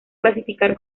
clasificar